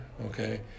okay